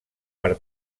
per